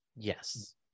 Yes